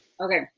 Okay